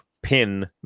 pin